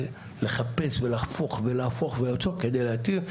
זה לחפש ולהפוך ולמצוא כדי להתיר,